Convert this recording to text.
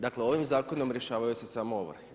Dakle ovim zakonom rješavaju se samo ovrhe.